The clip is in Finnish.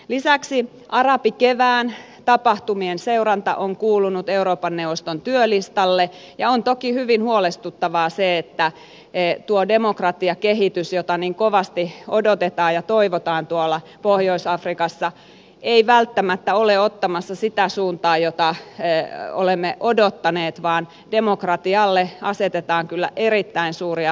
lisäksi arabikevään tapahtumien seuranta on kuulunut euroopan neuvoston työlistalle ja on toki hyvin huolestuttavaa se että tuo demokratiakehitys jota niin kovasti odotetaan ja toivotaan pohjois afrikassa ei välttämättä ole ottamassa sitä suuntaa jota olemme odottaneet vaan demokratialle asetetaan kyllä erittäin suuria haasteita